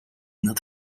not